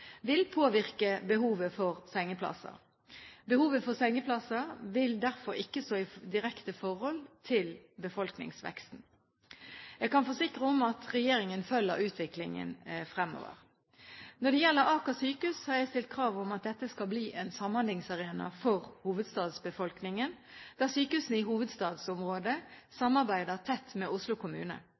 vil påvirke behovet for sengeplasser. Behovet for sengeplasser vil derfor ikke stå i direkte forhold til befolkningsveksten. Jeg kan forsikre om at regjeringen følger utviklingen fremover. Når det gjelder Aker sykehus, har jeg stilt krav om at dette skal bli en samhandlingsarena for hovedstadsbefolkningen, der sykehusene i hovedstadsområdet samarbeider tett med Oslo kommune.